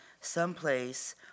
someplace